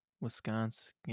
Wisconsin